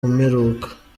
mperuka